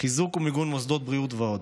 חיזוק ומיגון מוסדות בריאות ועוד.